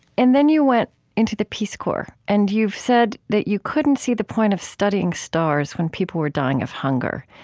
and then you went into the peace corps and you've said that you couldn't see the point of studying stars when people were dying of hunger.